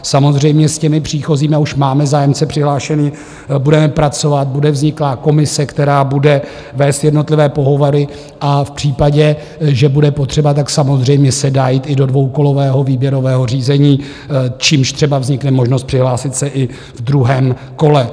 Samozřejmě s těmi příchozími, a už máme zájemce přihlášené, budeme pracovat, bude vzniklá komise, která bude vést jednotlivé pohovory, a v případě, že bude potřeba, samozřejmě se dá jít i do dvoukolového výběrového řízení, čímž třeba vznikne možnost přihlásit se i v druhém kole.